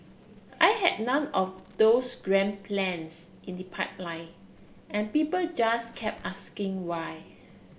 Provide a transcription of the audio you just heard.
I had none of those grand plans in the pipeline and people just kept asking why